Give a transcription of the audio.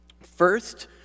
First